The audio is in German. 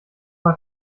mal